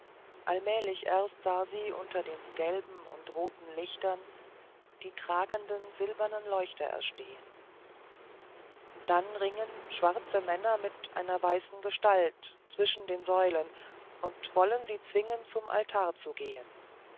allmählich erst sah sie unter den gelben und roten lichtern die tragenden silbernen leuchter erstehen dann ringen schwarze männer mit einer weißen gestalt zwischen den säulen und wollen sie zwingen zum altar zu gehen